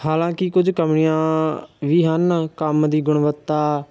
ਹਾਲਾਂਕਿ ਕੁਝ ਕਮੀਆਂ ਵੀ ਹਨ ਕੰਮ ਦੀ ਗੁਣਵੱਤਾ